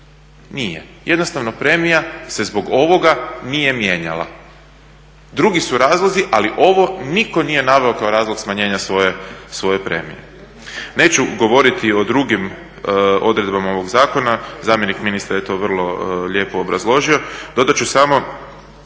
Nije. Jednostavno premija se zbog ovoga nije mijenjala. Drugi su razlozi, ali ovo nitko nije naveo kao razlog smanjenja svoje premije. Neću govoriti o drugim odredbama ovog zakona, zamjenik ministra je to vrlo lijepo obrazložio. Dodat ću samo